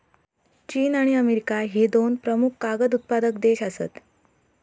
चीन आणि अमेरिका ह्ये दोन प्रमुख कागद उत्पादक देश आसत